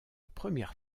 première